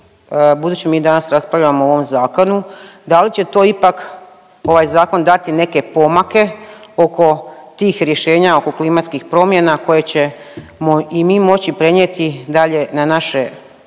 budući mi danas raspravljamo o ovom zakonu, da li će to ipak ovaj zakon dati neke pomake oko tih rješenja oko klimatskih promjena koje ćemo i mi moći prenijeti dalje na naše